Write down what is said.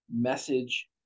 message